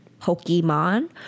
Pokemon